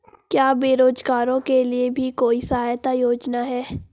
क्या बेरोजगारों के लिए भी कोई सहायता योजना है?